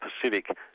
Pacific